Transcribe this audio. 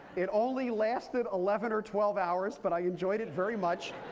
it only lasted eleven or twelve hours, but i enjoyed it very much.